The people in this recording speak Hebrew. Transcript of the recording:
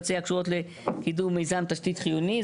מבצע הקשורות לקידום מיזם תשתית חיוני.".